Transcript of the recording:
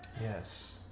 Yes